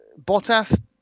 bottas